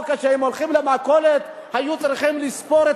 או כאשר הם הולכים למכולת הם צריכים לספור את